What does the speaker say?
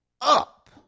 up